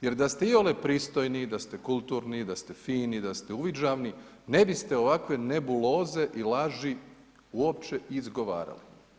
Jer da ste iole pristojni, da ste kulturni, da ste fini, da ste uviđavni ne biste ovakve nebuloze i laži uopće izgovarali.